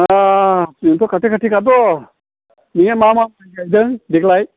अ नोंथ' खाथि खाथिखाथ' नोंनिया मा मा माइ गायदों देग्लाय